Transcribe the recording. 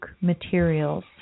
materials